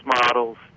models